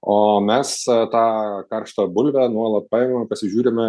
o mes tą karštą bulvę nuolat paimam pasižiūrime